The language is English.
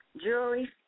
Jewelry